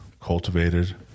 cultivated